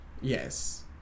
yes